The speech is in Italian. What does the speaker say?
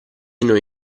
noi